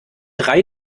drei